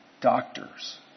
doctors